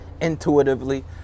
intuitively